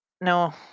no